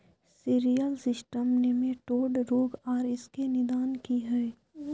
Cereal system nematode रोग आर इसके निदान की हय?